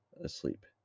asleep